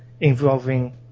involving